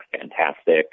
fantastic